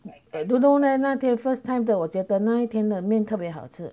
I don't know leh 那天 first time 的我觉得那一天的面特别好吃